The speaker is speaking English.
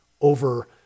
over